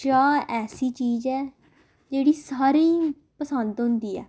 चाह् ऐसी चीज ऐ जेह्ड़ी सारें गी पसंद होंदी ऐ